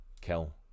kill